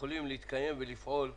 יכולים להתקיים ולפעול בזום,